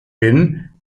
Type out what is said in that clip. bin